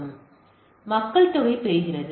இது மக்கள்தொகை பெறுகிறது